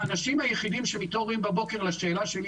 האנשים היחידים שמתעוררים בבוקר לשאלה שלי,